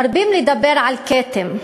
מרבים לדבר על "כתם":